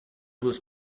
was